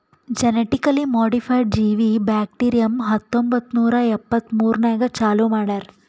genetically modified ಜೀವಿ bacterium ಹತ್ತೊಂಬತ್ತು ನೂರಾ ಎಪ್ಪತ್ಮೂರನಾಗ್ ಚಾಲೂ ಮಾಡ್ಯಾರ್